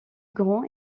grand